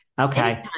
Okay